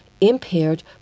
impaired